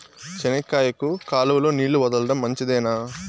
చెనక్కాయకు కాలువలో నీళ్లు వదలడం మంచిదేనా?